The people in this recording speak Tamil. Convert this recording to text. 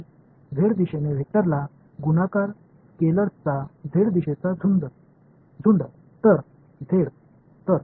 ஸ்கேலார் இன் கொத்து Z திசையில் ஒரு வெக்டரை பெருக்கும்